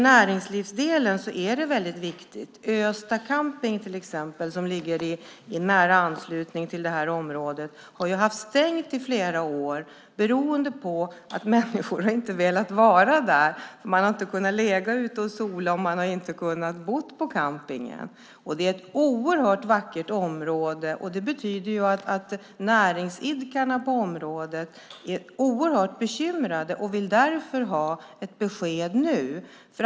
Näringslivsdelen är viktig. Östa camping, till exempel, ligger i nära anslutning till området. Campingen har varit stängd i flera år beroende på att människor inte har velat vara där. Man har inte kunnat ligga ute och sola, och man har inte kunnat bo på campingen. Det här är ett oerhört vackert område, och detta betyder att näringsidkarna är oerhört bekymrade. De vill ha ett besked nu.